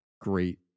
great